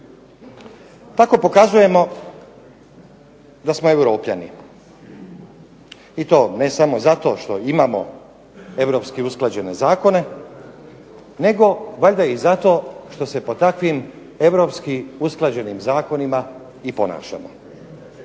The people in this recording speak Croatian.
Tako pokazujemo da smo Europljani i to ne samo zato što imamo europski usklađene zakone nego valjda i zato što se pod takvim europski usklađenim zakonima i ponašamo.